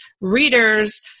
readers